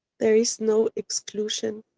there is no exclusion.